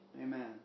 Amen